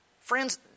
Friends